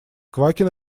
квакин